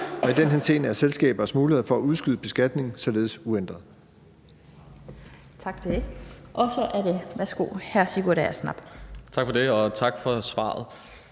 som jeg siger – selskabernes mulighed for at udskyde beskatningen således uændret.